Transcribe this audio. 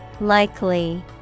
Likely